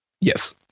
Yes